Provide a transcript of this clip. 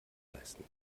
leisten